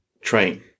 train